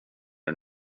det